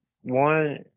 one